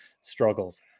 struggles